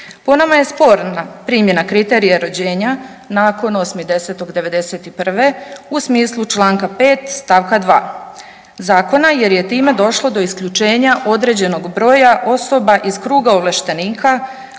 Po nama je sporna primjena kriterija rođenja nakon 8.10.'91. u smislu čl. 5. st. 2. zakona jer je time došlo do isključenja određenog broja osoba iz kruga ovlaštenika